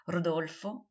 Rodolfo